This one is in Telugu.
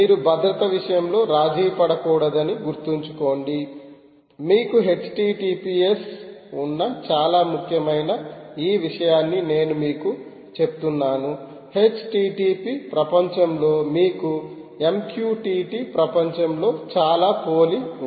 మీరు భద్రత విషయంలో రాజీ పడకూడదని గుర్తుంచుకోండి మీకు https ఉన్న చాలా ముఖ్యమైన ఈ విషయాన్ని నేను మీకు చెప్తున్నాను http ప్రపంచంలో మీకు MQTT ప్రపంచంలో చాలా పోలి ఉంటుంది